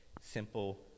simple